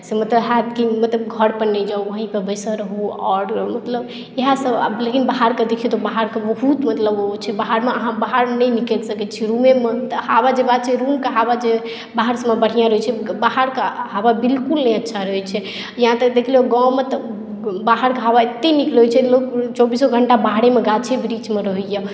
मतलब होएत कि मतलब घर पर नहि जाउ वही पर बैसल रहू आओर मतलब इएह सभ आब लेकिन बाहर के देखियौ तऽ बाहरके बहुत मतलब ओ छै मतलब बाहरमे अहाँ बाहर नहि निकलि सकै छी रुमे मे मतलब हवा जे बात छै रुम के जे हवा छै बाहरमे हवा बढ़ियाँ रहै छै बाहर के हवा बिल्कुल नहि अच्छा रहै छै इहाॅं तक देखलहुँ गाँवमे तऽ बाहर के हवा एते नीक रहै छै लोक चौबीसो घण्टा बाहरेमे गाछे वृक्षमे रहैया